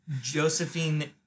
Josephine